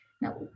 Now